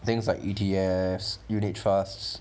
things like E_T_F unit trusts